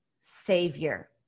savior